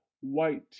white